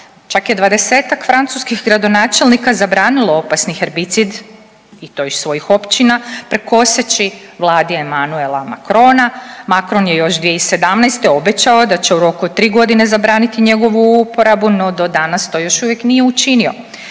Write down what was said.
čak je 20-ak francuskih gradonačelnika zabranilo opasni herbicid i to iz svojih općina, prkoseći vladi Emmanuela Macrona. Macron je još 2017. obećao da će u roku od tri godine zabraniti njegovu uporabu, no do danas to još uvijek nije učinio.